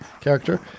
character